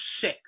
sick